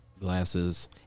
glasses